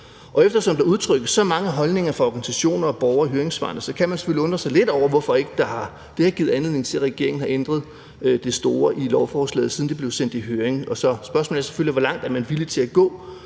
Eftersom der udtrykkes så mange holdninger fra organisationer og borgere i høringssvarene, kan man selvfølgelig undre sig lidt over, hvorfor det ikke har givet anledning til, at regeringen har ændret det store i lovforslaget, siden det blev sendt i høring. Spørgsmålet er selvfølgelig, hvor langt man er villig til at gå